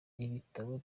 ibitabo